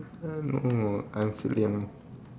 uh no actually I'm